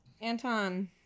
Anton